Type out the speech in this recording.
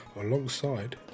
alongside